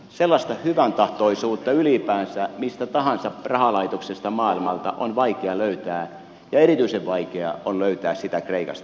sellaista hyväntahtoisuutta ylipäänsä mistä tahansa rahalaitoksesta maailmalta on vaikea löytää ja erityisen vaikea on löytää sitä kreikasta